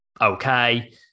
Okay